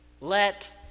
Let